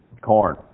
corn